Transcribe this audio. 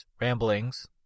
ramblings